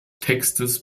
textes